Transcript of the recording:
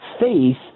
faith